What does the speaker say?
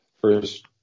first